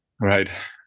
Right